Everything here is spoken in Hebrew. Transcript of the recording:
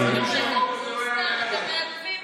היה גם סיכום שהחוק הזה לא יעלה היום,